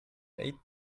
eight